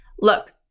Look